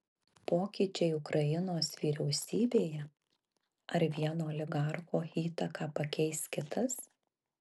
pokyčiai ukrainos vyriausybėje ar vieno oligarcho įtaką pakeis kitas